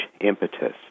impetus